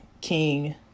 King